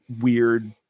weird